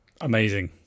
Amazing